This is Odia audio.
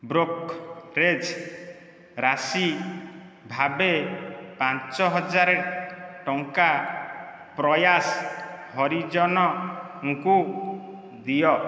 ବ୍ରୋକରେଜ୍ ରାଶି ଭାବେ ପାଞ୍ଚ ହଜାର ଟଙ୍କା ପ୍ରୟାସ ହରିଜନଙ୍କୁ ଦିଅ